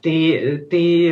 tai tai